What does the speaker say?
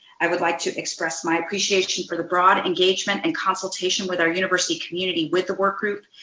i would like to express my appreciation for the broad engagement and consultation with our university community with the work group,